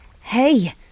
Hey